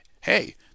hey